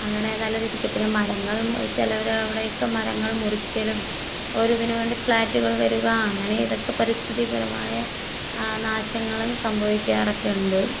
അങ്ങനെ നല്ല രീതിക്ക് പിന്നെ മരങ്ങള് ചിലവർ അവിടെയൊക്കെ മരങ്ങള് മുറിക്കലും ഓരോ ഇതിനു വേണ്ടി ഫ്ലാറ്റുകള് വരിക അങ്ങനെ ഇതൊക്കെ പരിസ്ഥിതിപരമായ നാശങ്ങളും സംഭവിക്കാറൊക്കെ ഉണ്ട്